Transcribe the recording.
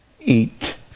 eat